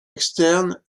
externe